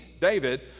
David